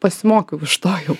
pasimokiau iš to jau